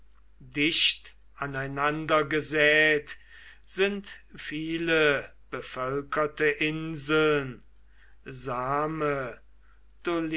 dicht aneinander gesät sind viele bevölkerte inseln same